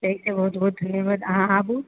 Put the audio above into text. ताहिके लेल बहुत धन्यवाद अहाँ आबू